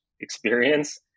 experience